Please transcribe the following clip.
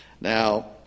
Now